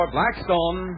Blackstone